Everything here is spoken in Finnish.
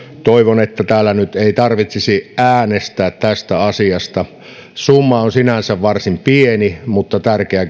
toivon että täällä nyt ei tarvitsisi äänestää tästä asiasta summa on sinänsä varsin pieni mutta tärkeä